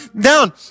down